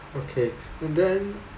okay and then